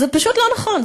זה פשוט לא נכון.